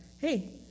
Hey